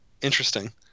Interesting